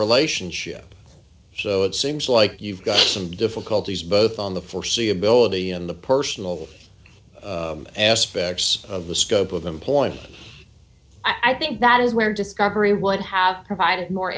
relationship so it seems like you've got some difficulties both on the foreseeability and the personal aspects of the scope of them point i think that is where discovery would have provided more